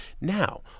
now